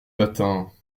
matins